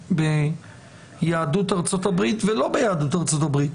ביהדות ארצות-הברית ולא ביהדות ארצות-הברית,